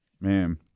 Man